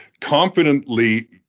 confidently